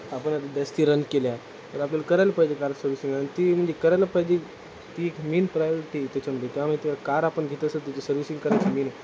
आपण आता जास्ती रन केल्या तर आपल्याला करायला पाहिजे कार सर्व्हिसिंग आणि ती म्हणजे करायला पाहिजे ती एक मेन प्रायॉरिटी त्याच्यामध्ये त्यामुळे ती कार आपण घेत असेल त्याची सर्व्हिसिंग करायची मेन